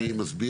מי יסביר?